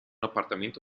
appartamento